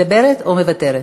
מדברת או מוותרת?